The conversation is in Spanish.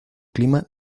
clima